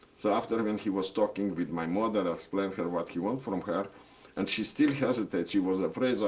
so after i mean he was talking with my mother and explained what he want for um her, and she still hesitate, she was afraid.